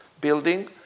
building